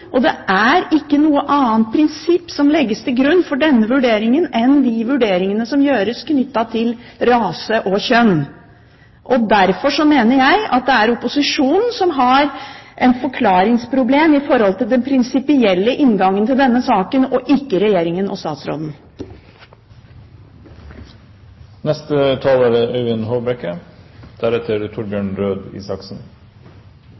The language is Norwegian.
homofile. Det er ikke noe annet prinsipp som legges til grunn for denne vurderingen enn de vurderingene som gjøres knyttet til rase og kjønn. Derfor mener jeg at det er opposisjonen som har et forklaringsproblem i forhold til den prinsipielle inngangen til denne saken, ikke Regjeringen og statsråden. Til det siste: Representanten Andersen problematiserer rasespørsmålet her. Det synes jeg for så vidt er et litt spesielt bidrag. Men det